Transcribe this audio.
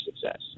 success